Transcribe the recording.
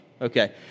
Okay